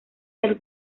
del